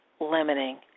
limiting